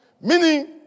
Meaning